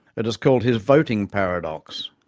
it is called his voting paradox.